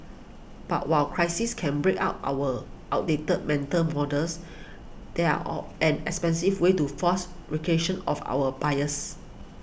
but while crises can break out our outdated mental models they are or an expensive way to force of our biases